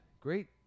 great